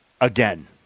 again